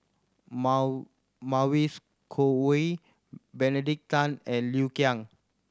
Mavis Khoo Oei Benedict Tan and Liu Kang